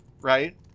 right